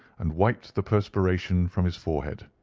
and wiped the perspiration from his forehead.